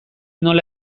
nola